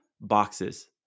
boxes